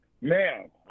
Man